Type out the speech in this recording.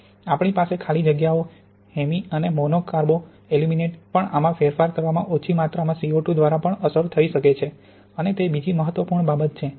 આપણી પાસે ખાલી જગ્યાઓ હેમી અને મોનો કાર્બો એલ્યુમિનેટ પણ આમાં ફેરફાર હવામાં ઓછી માત્રામાં સીઓ2 દ્વારા પણ અસર થઈ શકે છે અને તે બીજી મહત્વપૂર્ણ બાબત છે